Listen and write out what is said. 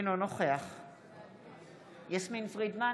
אינו נוכח יסמין פרידמן,